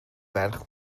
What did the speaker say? ferch